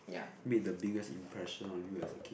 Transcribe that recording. made the biggest impression on you as a kid